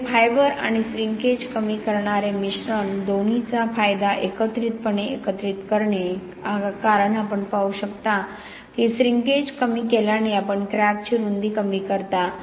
तर हे फायबर आणि श्रींकेज कमी करणारे मिश्रण दोन्हीचा फायदा एकत्रितपणे एकत्रित करते कारण आपण पाहू शकता की श्रींकेज कमी केल्याने आपण क्रॅकची रुंदी कमी करता